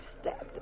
stabbed